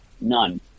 none